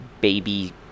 baby